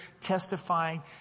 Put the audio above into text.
testifying